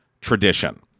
tradition